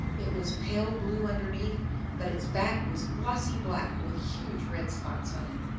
it was pale blue underneath but its back was glossy black with huge red spots on it.